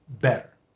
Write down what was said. better